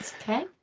Okay